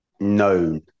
known